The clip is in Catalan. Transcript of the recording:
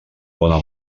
bona